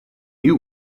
you